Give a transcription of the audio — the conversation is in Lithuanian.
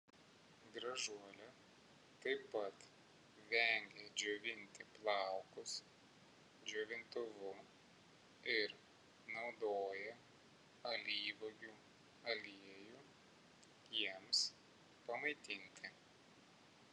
gražuolė taip pat vengia džiovinti plaukus džiovintuvu ir naudoja alyvuogių aliejų jiems pamaitinti